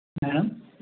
madam